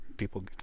People